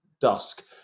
dusk